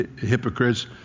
hypocrites